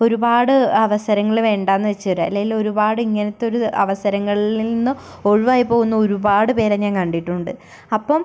ഒരുപാട് അവസരങ്ങൾ വേണ്ടാന്ന് വെച്ചേരം അല്ലേൽ ഒരുപാട് ഇങ്ങനത്തെ ഒരു അവസരങ്ങളിൽ നിന്ന് ഒഴിവായി പോകുന്ന ഒരുപാട് പേരെ ഞാൻ കണ്ടിട്ടുണ്ട് അപ്പം